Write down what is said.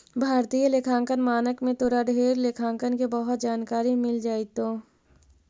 भारतीय लेखांकन मानक में तोरा ढेर लेखांकन के बहुत जानकारी मिल जाएतो